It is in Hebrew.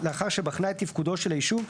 לאחר שבחנה את תפקודו של היישוב,